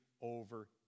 over